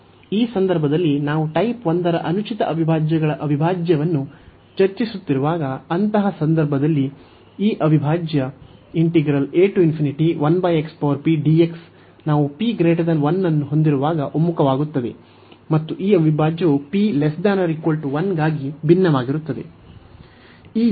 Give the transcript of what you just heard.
ಈ ಸಂದರ್ಭದಲ್ಲಿ ನಾವು ಟೈಪ್ 1 ರ ಅನುಚಿತ ಅವಿಭಾಜ್ಯವನ್ನು ಚರ್ಚಿಸುತ್ತಿರುವಾಗ ಅಂತಹ ಸಂದರ್ಭದಲ್ಲಿ ಈ ಅವಿಭಾಜ್ಯ ನಾವು p 1 ಅನ್ನು ಹೊಂದಿರುವಾಗ ಒಮ್ಮುಖವಾಗುತ್ತದೆ ಮತ್ತು ಈ ಅವಿಭಾಜ್ಯವು p≤1 ಗಾಗಿ ಭಿನ್ನವಾಗಿರುತ್ತದೆ